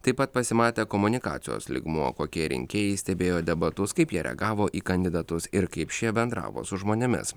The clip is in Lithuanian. taip pat pasimatė komunikacijos lygmuo kokie rinkėjai stebėjo debatus kaip jie reagavo į kandidatus ir kaip šie bendravo su žmonėmis